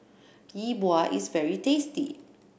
Yi Bua is very tasty